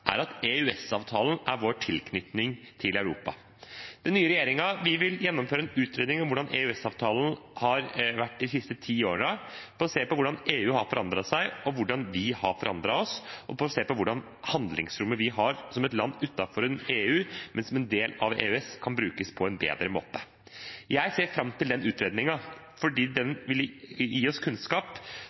er at EØS-avtalen er vår tilknytning til Europa. Den nye regjeringen vil gjennomføre en utredning av hvordan EØS-avtalen har vært de siste ti årene, basert på hvordan EU har forandret seg og hvordan vi har forandret oss, og basert på hvordan det handlingsrommet vi har som et land utenfor EU, men som en del av EØS, kan brukes på en bedre måte. Jeg ser fram til den utredningen fordi den vil gi oss kunnskap